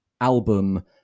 album